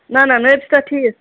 نہ نہ نہ نٔرۍ چھِ تَتھ ٹھیٖک